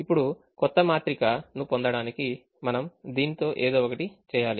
ఇప్పుడు క్రొత్త మాత్రికను రూపొందించడానికి మనం దీనితో ఏదో ఒకటి చేయాలి